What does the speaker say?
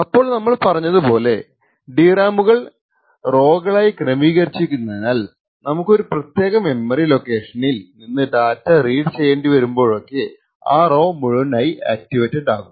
അപ്പോൾ നമ്മൾ പറഞ്ഞത് പോലെ DRAM കൾ റോകളായി ക്രെമീകരിച്ചിരിക്കുന്നതിനാൽ നമുക്ക് ഒരു പ്രത്യാക മെമ്മറി ലൊക്കേഷനിൽ നിന്ന് ഡാറ്റ റീഡ് ചെയ്യേണ്ടിവരുമ്പോളൊക്കെ ആ റൊ മുഴുവനായി ആക്ടിവേറ്റഡ് ആകും